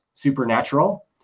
supernatural